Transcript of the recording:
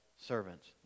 servants